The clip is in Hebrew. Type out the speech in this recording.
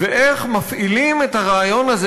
ואיך מפעילים את הרעיון הזה